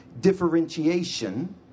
differentiation